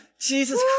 Jesus